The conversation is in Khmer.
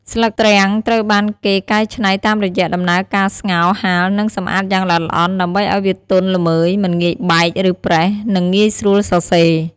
ស្លឹកទ្រាំងត្រូវបានគេកែច្នៃតាមរយៈដំណើរការស្ងោរ ហាល និងសម្អាតយ៉ាងល្អិតល្អន់ ដើម្បីឱ្យវាទន់ល្មើយ មិនងាយបែក ឬប្រេះ និងងាយស្រួលសរសេរ។